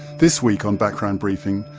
this week on background briefing,